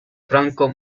franco